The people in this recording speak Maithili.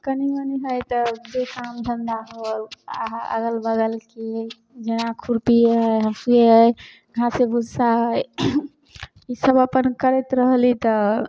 कनि मनि हइ तऽ जे काम धन्धा हइ अगल बगलके जेना खुरपिए हइ हँसुए हइ घासे भुस्सा हइ ईसब अपन करैत रहली तऽ